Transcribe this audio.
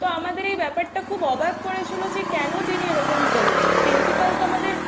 তো আমাদের এই ব্যাপারটা খুব অবাক করেছিলো যে কেন তিনি এরকম করলেন প্রিন্সিপাল তো আমাদের